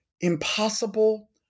impossible